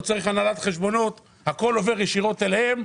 ולא הנהלת חשבונות אלא הכול עובר ישירות אליהם.